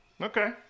Okay